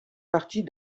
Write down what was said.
partie